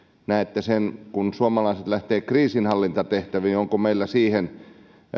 näette sen että kun suomalaiset lähtevät kriisinhallintatehtäviin niin onko meillä siihen